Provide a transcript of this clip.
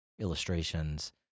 illustrations